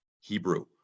Hebrew